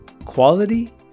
quality